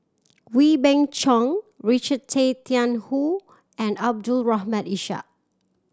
Wee Beng Chong Richard Tay Tian Hoe and Abdul Rahim Ishak